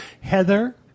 Heather